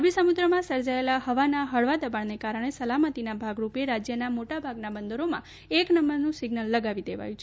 અરબી સમુદ્રમાં સર્જાયેલા હવાના હળવા દબાણના કારણે સલામતીના ભાગરૂપે રાજ્યના મોટાભાગના બંદરોમાં એક નંબરનું સિઝ્નલ લગાવી દેવામાં આવ્યું છે